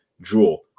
draw